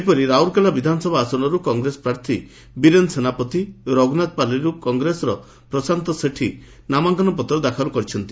ସେହିପରି ରାଉରକେଲା ବିଧାନସଭା ଆସନରୁ କଂଗ୍ରେସ ପ୍ରାର୍ଥୀ ବିରେନ ସେନାପତି ରଘୁନାଥପାଲୀରୁ କଂଗ୍ରେସର ପ୍ରଶାନ୍ତ ସେଠୀ ନାମାଙ୍କନପତ୍ର ଦାଖଲ କରିଛନ୍ତି